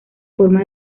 forma